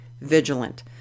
vigilant